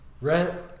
rent